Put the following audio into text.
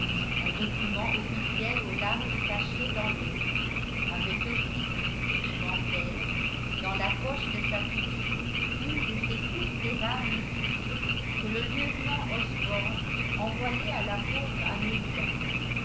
un document officiel au large cachet dans l'autre avait aussi suivant elle dans la poche de sa tunique une de ces courtes et rares missives que le lieutenant osborne envoyait à la pauvre amelia